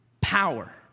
power